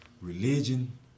Religion